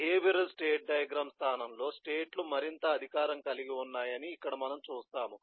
behavioural state diagram స్థానంలో state లు మరింత అధికారం కలిగి ఉన్నాయని ఇక్కడ మనం చూస్తాము